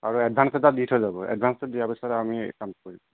আৰু এডভান্স এটা দি থৈ যাব এডভান্সটো দিয়াৰ পিছত আমি কামটো কৰিম